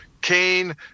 Kane